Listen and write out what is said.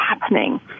happening